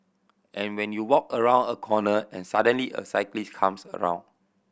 and when you walk around a corner and suddenly a cyclist comes around